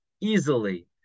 easily